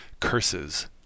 Curses